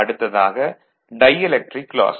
அடுத்ததாக dielectric loss